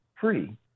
free